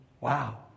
Wow